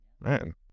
man